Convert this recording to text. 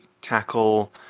tackle